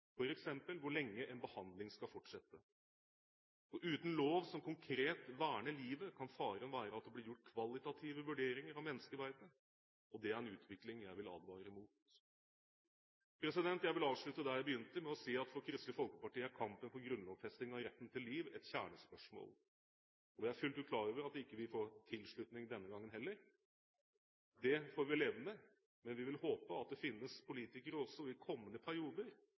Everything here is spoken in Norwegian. kan faren være at det blir gjort kvalitative vurderinger av menneskeverdet. Det er en utvikling jeg vil advare mot. Jeg vil avslutte der jeg begynte, med å si at for Kristelig Folkeparti er kampen for grunnlovfesting av retten til liv et kjernespørsmål. Jeg er fullt klar over at vi ikke får tilslutning denne gangen heller. Det får vi leve med, men vi vil håpe at det finnes politikere også i kommende perioder